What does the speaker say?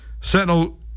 Sentinel